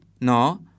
no